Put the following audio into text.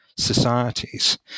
societies